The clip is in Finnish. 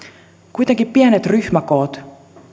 kuitenkin pienet ryhmäkoot